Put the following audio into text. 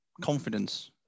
confidence